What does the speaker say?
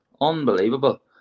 Unbelievable